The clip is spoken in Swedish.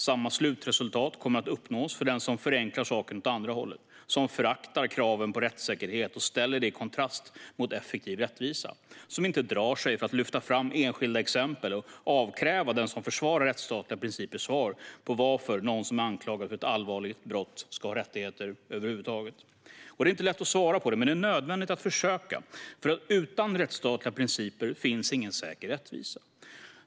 Samma slutresultat kommer att uppnås för den som förenklar saken åt andra hållet, som föraktar kraven på rättssäkerhet och ställer det i kontrast mot effektiv rättvisa och som inte drar sig för att lyfta fram enskilda exempel och avkräva den som försvarar rättsstatliga principer svar på varför någon som är anklagad för ett allvarligt brott ska ha några rättigheter över huvud taget. Det är inte lätt att svara på detta. Men det är nödvändigt att försöka, för utan rättsstatliga principer finns ingen säker rättvisa.